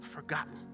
forgotten